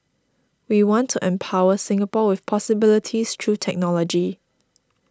we want to empower Singapore with possibilities through technology